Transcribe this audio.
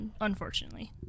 Unfortunately